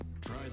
Try